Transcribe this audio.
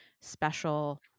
special